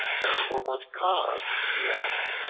and for what cause, he asked,